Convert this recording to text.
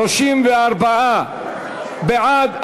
34 בעד.